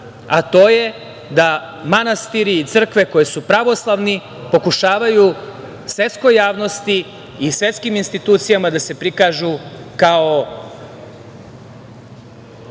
a to je da manastiri i crkve koje su pravoslavni pokušavaju svetskoj javnosti i svetskim institucijama da se prikažu kao